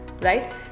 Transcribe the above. right